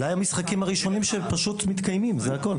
אולי המשחקים הראשונים שמתקיימים, זה הכול.